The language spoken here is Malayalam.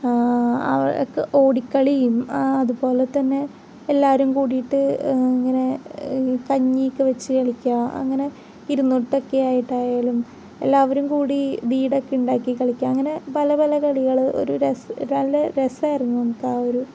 അക്ക് ഓടിക്കളയും അതുപോലെ തന്നെ എല്ലാവരും കൂടിയിട്ട് ഇങ്ങനെ കഞ്ഞി ഒക്കെ വച്ച് കളിക്കുക അങ്ങനെ ഇരുന്നിട്ടൊക്കെ ആയിട്ട് ആയാലും എല്ലാവരും കൂടി വീടൊക്കെ ഉണ്ടാക്കി കളിക്കുക അങ്ങനെ പല പല കളികൾ ഒരു രസ നല്ല രസമായിരുന്നു അന്നത്തെ ആ ഒരു